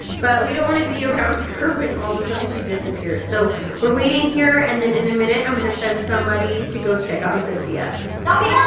but we don't want to be around her when all the sudden she disappears. so we're waiting here, and then in a minute i'm gonna send somebody to go check on cynthia not me!